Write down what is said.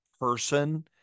person